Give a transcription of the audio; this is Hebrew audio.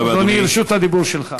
רשות הדיבור שלך.